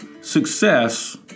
success